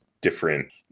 different